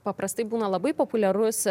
paprastai būna labai populiarus